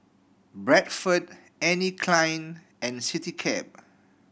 Bradford Anne Klein and Citycab